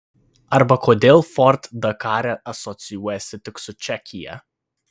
arba kodėl ford dakare asocijuojasi tik su čekija